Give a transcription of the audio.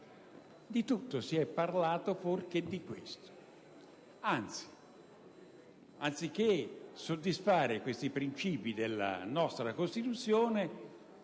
Di tutto si è parlato fuorché di questo; anzi, invece di soddisfare questi principi della nostra Costituzione,